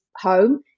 home